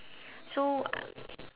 so